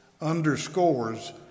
underscores